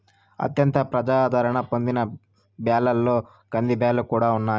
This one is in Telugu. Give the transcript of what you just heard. అత్యంత ప్రజాధారణ పొందిన బ్యాళ్ళలో కందిబ్యాల్లు కూడా ఉన్నాయి